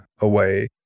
away